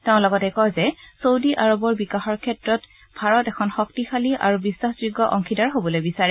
তেওঁ লগতে কয় যে চৌদি আৰবৰ বিকাশৰ ক্ষেত্ৰত ভাৰত এখন শক্তিশালী আৰু বিশ্বাসযোগ্য অংশীদাৰ হবলৈ বিচাৰে